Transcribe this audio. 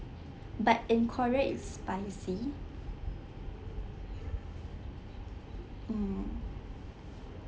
but in korea it's spicy hmm